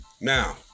Now